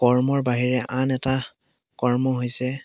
কৰ্মৰ বাহিৰে আন এটা কৰ্ম হৈছে